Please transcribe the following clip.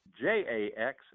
J-A-X